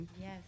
Yes